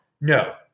No